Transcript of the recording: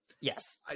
Yes